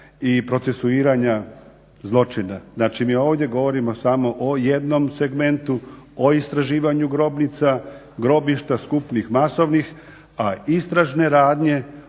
i procesuiranja zločina. Znači mi ovdje govorimo samo o jednom segmentu, o istraživanju grobnica, grobišta skupnih, masovnih, a istražne radnje